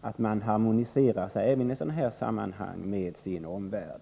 att man även i sådana här sammanhang harmoniserar sig med sin omvärld.